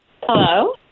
Hello